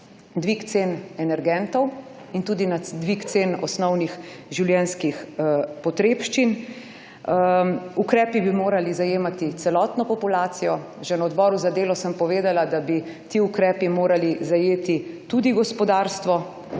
dvig cen energentov in tudi na dvig cen osnovnih življenjskih potrebščin. Ukrepi bi morali zajemati celotno populacijo. Že na odboru za delo sem povedala, da bi ti ukrepi morali zajeti tudi gospodarstvo.